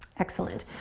excellent.